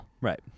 Right